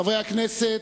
חברי הכנסת,